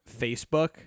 Facebook